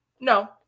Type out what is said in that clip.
no